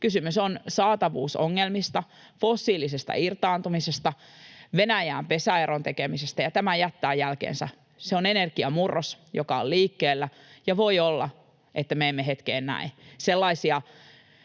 Kysymys on saatavuusongelmista, fossiilisesta irtaantumisesta, Venäjään pesäeron tekemisestä, ja tämä jättää jälkensä. Se on energiamurros, joka on liikkeellä, ja voi olla, että me emme hetkeen näe sellaisia